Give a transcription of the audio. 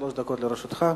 שלוש דקות לרשותך.